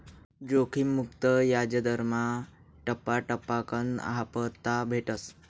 जोखिम मुक्त याजदरमा टप्पा टप्पाकन हापता भेटस